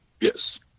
Yes